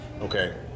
okay